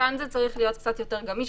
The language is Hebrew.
כאן זה צריך להיות קצת יותר גמיש.